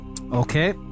Okay